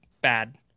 bad